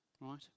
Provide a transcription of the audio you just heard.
right